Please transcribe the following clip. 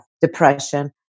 depression